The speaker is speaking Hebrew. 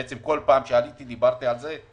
בעצם כל פעם שעליתי דיברתי על זה.